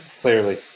clearly